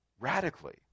Radically